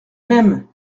mêmes